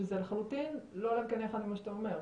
שזה לחלוטין לא עולה בקנה אחד עם מה שאתה אומר,